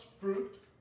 fruit